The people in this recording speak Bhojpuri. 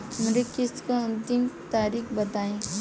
हमरे किस्त क अंतिम तारीख बताईं?